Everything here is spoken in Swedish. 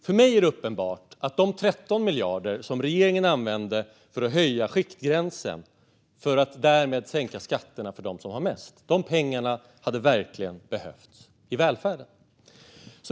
För mig är det uppenbart att de 13 miljarder som regeringen använde för att höja skiktgränsen, för att därmed sänka skatterna för dem som har mest, verkligen hade behövts i välfärden.